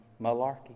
Malarkey